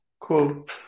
Cool